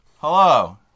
hello